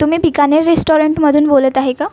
तुम्ही बिकानेर रिस्टॉरेंटमधून बोलत आहे का